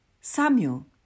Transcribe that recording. Samuel